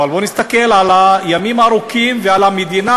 בואו נסתכל על הימים הארוכים ועל המדינה,